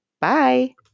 Bye